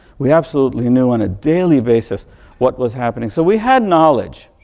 we absolutely knew on a daily basis what was happening. so, we had knowledge.